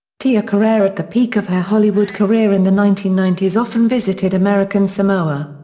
tia carrere at the peak of her hollywood career in the nineteen ninety s often visited american samoa.